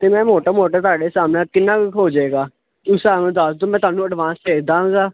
ਅਤੇ ਮੈਂ ਮੋਟਾ ਮੋਟੇ ਤੁਹਾਡੇ ਸਾਹਮਣੇ ਕਿੰਨਾ ਕੁ ਹੋ ਜਾਏਗਾ ਉਸ ਹਿਸਾਬ ਨਾਲ ਦੱਸ ਦਿਓ ਮੈਂ ਤੁਹਾਨੂੰ ਐਡਵਾਂਸ ਭੇਜ ਦੇਵਾਂਗਾ